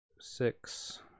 Six